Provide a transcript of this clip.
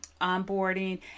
onboarding